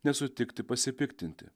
nesutikti pasipiktinti